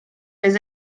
les